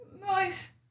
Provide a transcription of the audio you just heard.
Nice